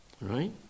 Right